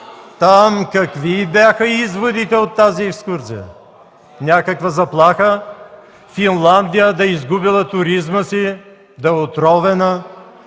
Какви бяха изводите от тази екскурзия? Някаква заплаха? Финландия да е изгубила туризма си, да е отровена?